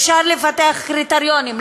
אפשר לפתח קריטריונים,